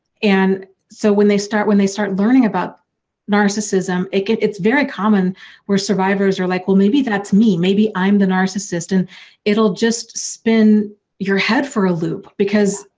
and so when they start. when they start learning about narcissism. it's very common where survivors are like, well maybe that's me maybe i'm the narcissist and it'll just spin your head for a loop, because.